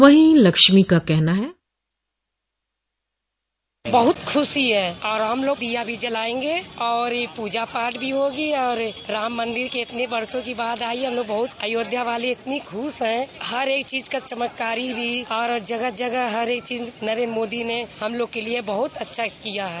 वहीं लक्ष्मी का कहना है बाइट बहुत खूशी है और हम लोग दीया भी जलायेंगे और पूजा पाठ भी होगी और राम मंदिर के इतने वर्षो के बाद आई है हम लोग बहुत अयोध्या वाले इतने खुश हैं हर एक चीज का चमत्कारी भी और जगह जगह हर एक चीज नरेन्द्र मोदी ने हम लोगों के लिए बहुत अच्छा किया है